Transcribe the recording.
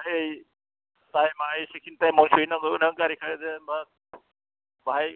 ओइ टाइमआ एसेखिनि टाइमआव सहैनांगौ गारि जेनेबा बाहाय